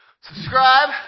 Subscribe